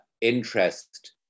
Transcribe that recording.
interest